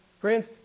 Friends